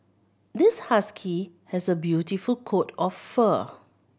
this husky has a beautiful coat of fur